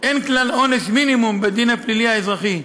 אין כלל עונש מינימום בדין הפלילי האזרחי.